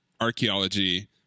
archaeology